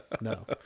No